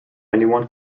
anyone